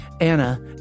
Anna